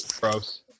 Gross